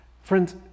Friends